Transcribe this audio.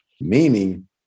meaning